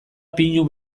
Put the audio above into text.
pinu